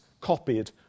copied